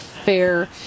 fair